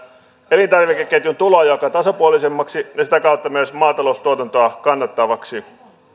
elintarvikeketjun tulonjakoa tasapuolisemmaksi ja sitä kautta myös maataloustuotantoa kannattavaksi